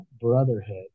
brotherhood